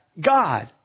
God